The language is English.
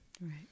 Right